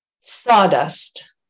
sawdust